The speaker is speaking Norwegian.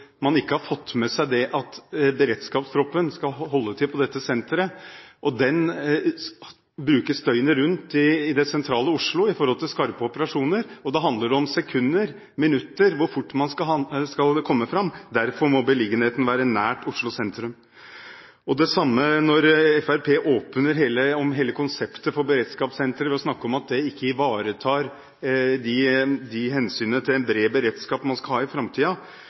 Man har ikke fått med seg at beredskapstroppen skal holde til på dette senteret. Den skal kunne brukes døgnet rundt i det sentrale Oslo i skarpe operasjoner, og det handler om sekunder og minutter hvor fort man skal komme fram. Derfor må beliggenheten være nær Oslo sentrum. Når Fremskrittspartiet åpner for debatt om hele konseptet for beredskapssenteret ved å snakke om at det ikke ivaretar hensynet til en bred beredskap man skal ha i framtida,